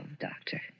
Doctor